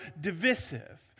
divisive